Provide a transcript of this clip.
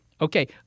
Okay